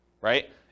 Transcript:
right